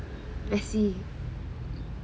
messy